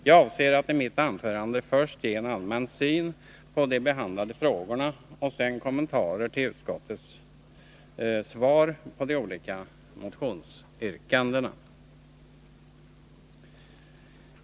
Jag avser att i mitt anförande ge först en allmän syn på de behandlade frågorna och sedan kommentarer till utskottets svar på de olika motionsyrkandena.